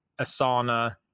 Asana